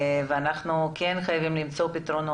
אנחנו חייבים למצוא פתרונות.